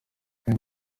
uyu